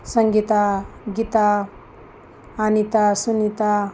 Sangeeta Geeta Anita Sunita